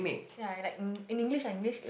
ya like in English ah English